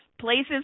places